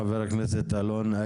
חבר הכנסת אלון,